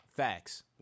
Facts